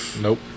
nope